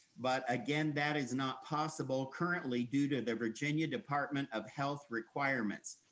but again, that is not possible currently due to the virginia department of health requirements.